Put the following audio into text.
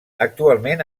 actualment